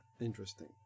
interesting